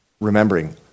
Remembering